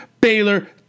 Baylor